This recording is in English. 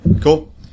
Cool